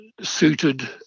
suited